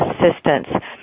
assistance